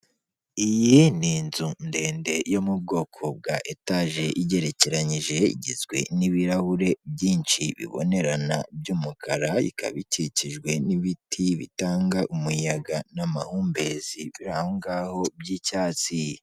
Iyi ni inzu ndende yo mu bwoko bwa etaje igerekeranyije, igizwe n'ibirahure byinshi bibonerana by'umukara, ikaba ikikijwe n'ibiti bitanga umuyaga n'amahumbezi, biri aho ngaho by'icyatsi.